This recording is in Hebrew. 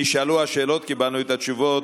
נשאלו השאלות, קיבלנו את התשובות.